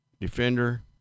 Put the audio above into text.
defender